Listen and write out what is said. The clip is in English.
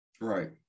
right